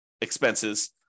expenses